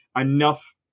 enough